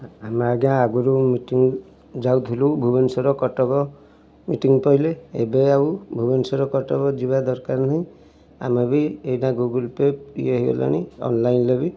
ଆମେ ଆଜ୍ଞା ଆଗରୁ ମିଟିଙ୍ଗ୍ ଯାଉଥିଲୁ ଭୁବନେଶ୍ୱର କଟକ ମିଟିଙ୍ଗ୍ ପଡ଼ିଲେ ଏବେ ଆଉ ଭୁବନେଶ୍ୱର କଟକ ଯିବା ଦରକାର ନାହିଁ ଆମେ ବି ଏଇନା ଗୁଗଲ୍ ପେ ୟେ ହୋଇଗଲାଣି ଅନଲାଇନ୍ରେ ବି